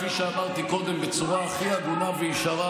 כפי שאמרתי קודם בצורה הכי הגונה וישרה,